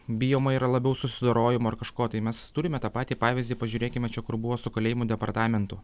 bijoma yra labiau susidorojimo ar kažko tai mes turime tą patį pavyzdį pažiūrėkime čia kur buvo su kalėjimų departamentu